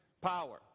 power